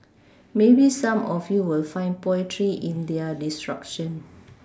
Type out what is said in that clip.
maybe some of you will find poetry in their destruction